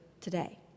today